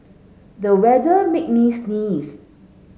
the weather made me sneeze